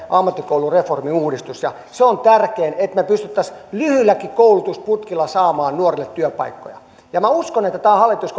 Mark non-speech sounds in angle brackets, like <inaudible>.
ammattikoulureformi uudistus se on tärkeintä että me pystyisimme lyhyilläkin koulutusputkilla saamaan nuorille työpaikkoja ja minä uskon että tämä hallitus <unintelligible>